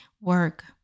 work